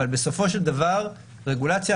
אבל בסופו של דבר רגולציה,